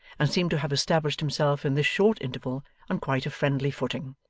and seemed to have established himself in this short interval on quite a friendly footing.